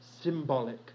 symbolic